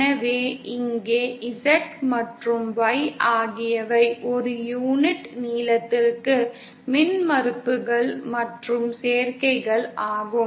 எனவே இங்கே Z மற்றும் Y ஆகியவை ஒரு யூனிட் நீளத்திற்கு மின்மறுப்புகள் மற்றும் சேர்க்கைகள் ஆகும்